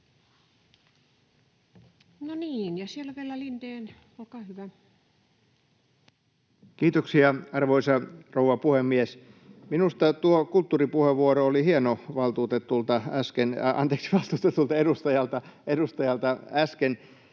Kiitoksia, arvoisa rouva puhemies! Minusta tuo kulttuuripuheenvuoro oli hieno edustajalta äsken.